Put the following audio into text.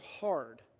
hard